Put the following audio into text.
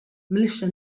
militia